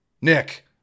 Nick